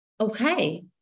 okay